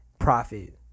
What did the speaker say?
profit